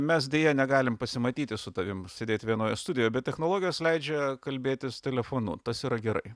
mes deja negalim pasimatyti su tavim sėdėt vienoje studijoje bet technologijos leidžia kalbėtis telefonu tas yra gerai